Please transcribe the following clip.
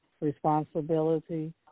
responsibility